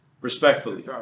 respectfully